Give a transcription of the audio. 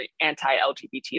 anti-LGBT